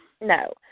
No